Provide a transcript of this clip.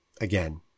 again